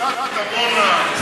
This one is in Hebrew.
קצת עמונה.